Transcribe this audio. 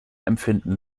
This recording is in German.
empfinden